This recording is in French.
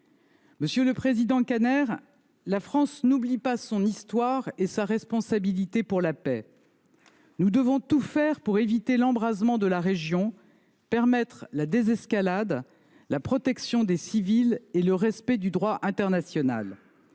Monsieur le président Kanner, la France n’oublie pas son histoire et sa responsabilité pour la paix. Nous devons tout faire pour éviter l’embrasement de la région et permettre la désescalade, la protection des civils et le respect du droit international